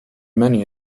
many